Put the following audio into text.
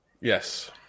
Yes